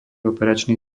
operačný